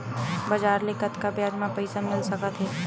बजार ले कतका ब्याज म पईसा मिल सकत हे?